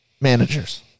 managers